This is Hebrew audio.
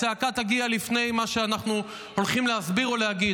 הצעקה תגיע לפני מה שאנחנו הולכים להסביר או להגיד.